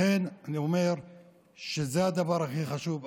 לכן אני אומר שזה הדבר הכי חשוב.